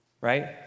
right